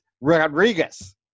Rodriguez